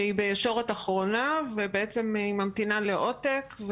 שהיא בישורת האחרונה ובעצם היא ממתינה לעותק,